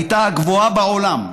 הייתה הגבוהה בעולם ועמדה,